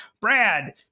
Brad